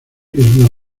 una